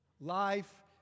Life